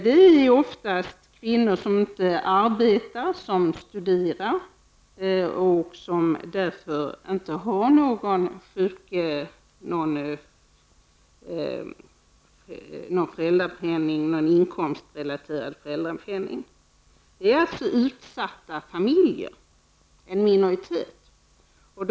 Det är oftast kvinnor som inte arbetar, som studerar och som därför inte har någon inkomstrelaterad föräldrapenning. Det är alltså utsatta familjer, en minoritet.